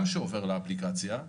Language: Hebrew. גם שעובר לאפליקציה,